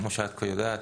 כמו שאת כבר יודעת,